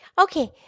okay